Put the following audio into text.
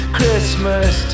Christmas